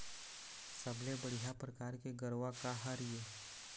सबले बढ़िया परकार के गरवा का हर ये?